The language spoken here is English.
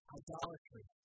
idolatry